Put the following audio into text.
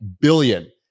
billion